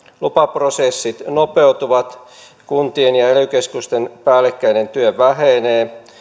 lupaprosessit nopeutuvat kuntien ja ely keskusten päällekkäinen työ vähenee